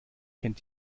kennt